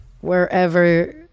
wherever